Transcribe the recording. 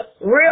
Real